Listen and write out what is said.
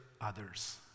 others